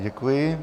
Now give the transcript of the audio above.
Děkuji.